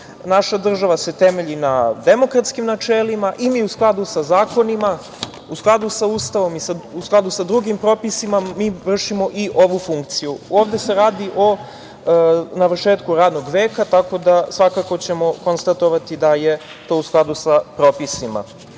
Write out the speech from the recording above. Naša država se temelji na demokratskim načelima i mi u skladu sa zakonima, u skladu sa Ustavom i u skladu sa drugim propisima vršimo i ovu funkciju. Ovde se radi o navršetku radnog veka, tako da ćemo svakako konstatovati da je to u skladu sa propisima. Kada